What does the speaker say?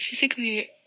Physically